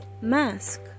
mask